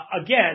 Again